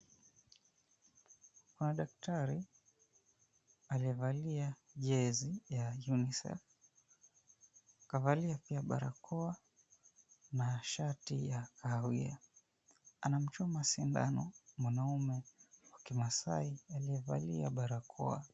Kuna daktari aliyevalia jezi ya UNICEF. Kavalia pia barakoa na shati ya kahawia. Anamchoma sindano mwanamume wa kimaasai aliyevalia barakoa.